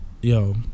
Yo